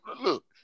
look